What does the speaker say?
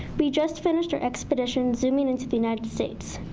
we just finished our expedition zooming into the united states.